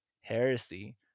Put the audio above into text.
heresy